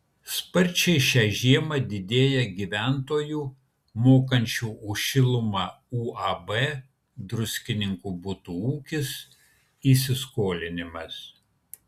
sparčiai šią žiemą didėja gyventojų mokančių už šilumą uab druskininkų butų ūkis įsiskolinimas